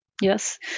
Yes